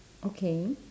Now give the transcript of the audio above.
okay